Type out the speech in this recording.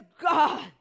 God